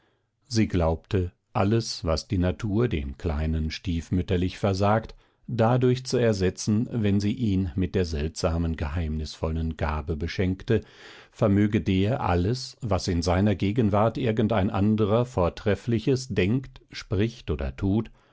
sie glaubte alles was die natur dem kleinen stiefmütterlich versagt dadurch zu ersetzen wenn sie ihn mit der seltsamen geheimnisvollen gabe beschenkte vermöge der alles was in seiner gegenwart irgendein anderer vortreffliches denkt spricht oder tut